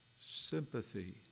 sympathy